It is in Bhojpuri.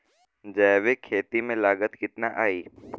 जैविक खेती में लागत कितना आई?